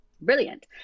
brilliant